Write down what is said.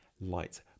light